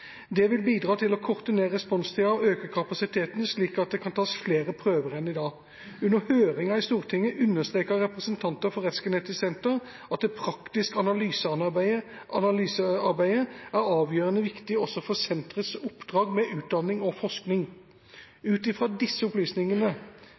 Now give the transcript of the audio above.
Det vil bidra til å korte ned responstida og øke kapasiteten, slik at det kan tas flere prøver enn i dag. Under høringen i Stortinget understreket representanter for Rettsgenetisk senter at det praktiske analysearbeidet er avgjørende viktig også for senterets oppdrag med utdanning og forskning.